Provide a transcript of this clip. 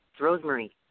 Rosemary